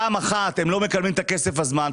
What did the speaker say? פעם אחת הם לא מקבלים את הכסף בזמן,